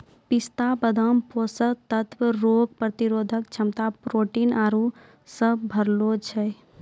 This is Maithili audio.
पिस्ता बादाम पोषक तत्व रोग प्रतिरोधक क्षमता प्रोटीन आरु से भरलो छै